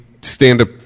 stand-up